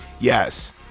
yes